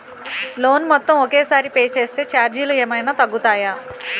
Loan మొత్తం ఒకే సారి పే చేస్తే ఛార్జీలు ఏమైనా తగ్గుతాయా?